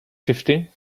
fifty